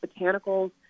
botanicals